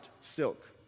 silk